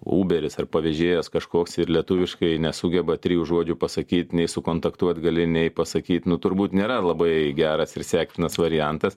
uberis ar pavežėjas kažkoks ir lietuviškai nesugeba trijų žodžių pasakyt nei sukontaktuot gali nei pasakyt nu turbūt nėra labai geras ir sektinas variantas